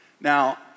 Now